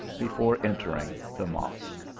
before entering the mosque.